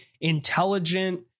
intelligent